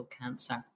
cancer